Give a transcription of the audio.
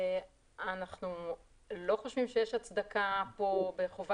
אנחנו לא חושבים שיש כאן הצדקה בחובת